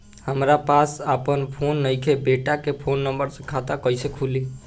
हमरा पास आपन फोन नईखे बेटा के फोन नंबर से खाता कइसे खुली?